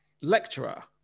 lecturer